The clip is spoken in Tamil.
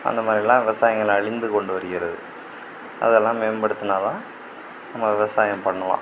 அந்த மாதிரிலாம் விவசாயங்கள் அழிந்து கொண்டு வருகிறது அதெல்லாம் மேம்படுத்தினாதான் நம்ம விவசாயம் பண்ணலாம்